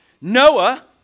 Noah